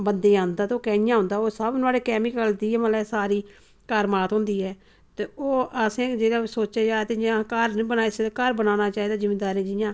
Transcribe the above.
गी आंदा ते ओह् कियां आंदा ओह् सब नुआढ़े केमिकल दी गै सारी मतलब कारमात होंदी ऐ ते ओह् असें जेह्दे पर सोचेआ जा ते जियां घर नी बनाई सकदे घर बनाना चाहिदा जिमींदारें जियां